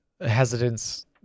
hesitance